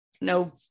no